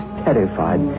terrified